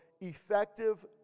effective